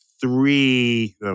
three